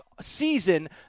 season